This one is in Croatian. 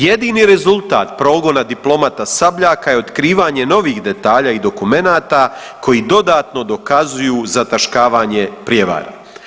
Jedini rezultat progona diplomata Sabljaka je otkrivanje novih detalja i dokumenata koji dodatno dokazuju zataškavanje prijevara.